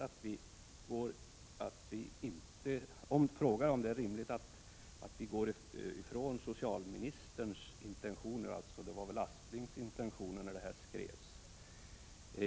Gullan Lindblad frågar om det är rimligt att vi går ifrån dåvarande socialministerns intentioner, och det var väl Sven Aspling som var socialminister när detta skrevs.